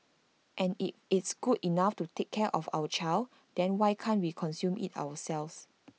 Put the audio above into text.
and if it's good enough to take care of our child then why can't we consume IT ourselves